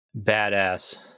badass